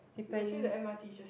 depend